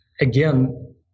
again